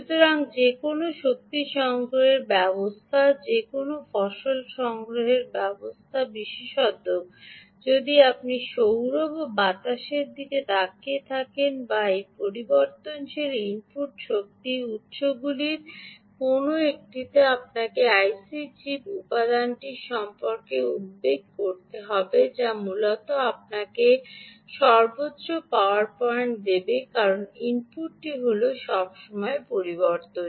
সুতরাং যে কোনও শক্তি সংগ্রহের ব্যবস্থা যে কোনও ফসল সংগ্রহের ব্যবস্থা বিশেষত যদি আপনি সৌর বা বাতাসের দিকে তাকিয়ে থাকেন বা এই পরিবর্তনশীল ইনপুট শক্তি উত্সগুলির কোনও একটিতে আপনাকে আইসি চিপ উপাদানটি সম্পর্কে উদ্বেগ করতে হবে যা মূলত আপনাকে সর্বোচ্চ পাওয়ার পয়েন্ট দেবে কারণ ইনপুটটি হল সব সময় পরিবর্তন